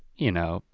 you know,